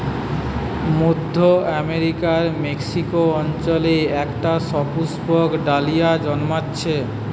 মধ্য আমেরিকার মেক্সিকো অঞ্চলে একটা সুপুষ্পক ডালিয়া জন্মাচ্ছে